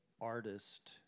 artist